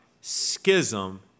schism